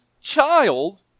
child